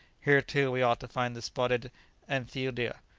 here, too, we ought to find the spotted anthidia,